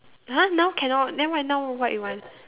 !huh! now cannot then right now what you want